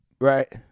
Right